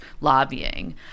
lobbying